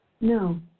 No